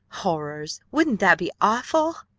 horrors! wouldn't that be awful?